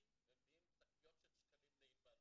ומביאים שקיות של שקלים לענבל.